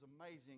amazing